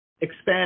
expand